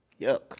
Yuck